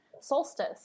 solstice